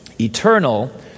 eternal